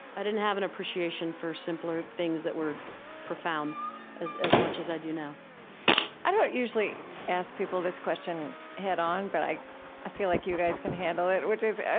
i didn't have an appreciation for simpler things that were profound as as much as i do now i don't usually ask people this question head-on, but i i feel like you guys can handle it, which is,